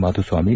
Madhuswamy